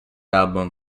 album